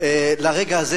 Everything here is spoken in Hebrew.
לרגע הזה,